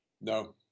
No